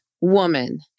woman